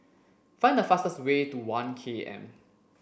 find the fastest way to One K M